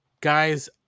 guys